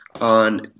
on